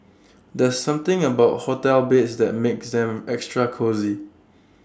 there's something about hotel beds that makes them extra cosy